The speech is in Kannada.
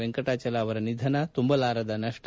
ವೆಂಕಟಾಚಲ ಅವರ ನಿಧನ ತುಂಬಲಾರದ ನಷ್ಟ